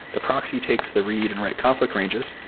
the proxy takes the read and write conflict ranges.